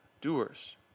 doers